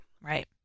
right